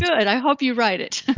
i hope you write it